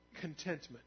contentment